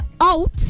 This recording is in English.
out